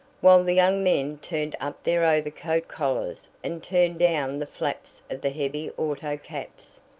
while the young men turned up their overcoat collars and turned down the flaps of the heavy auto caps,